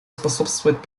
способствовать